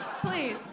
Please